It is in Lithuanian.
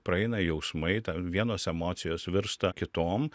praeina jausmai ten vienos emocijos virsta kitom